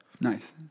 Nice